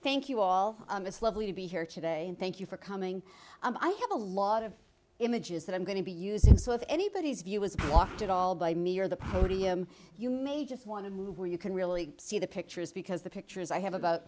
thank you all it's lovely to be here today and thank you for coming and i have a lot of images that i'm going to be using so if anybody's view was blocked at all by me or the podium you may just want to move where you can really see the pictures because the pictures i have a